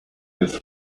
his